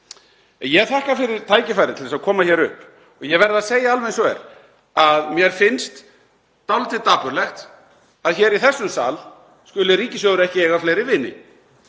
Ég þakka fyrir tækifærið til að koma hér upp og ég verð að segja alveg eins og er að mér finnst dálítið dapurlegt að í þessum sal skuli ríkissjóður ekki eiga fleiri vini.